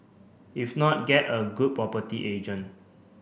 if not get a good property agent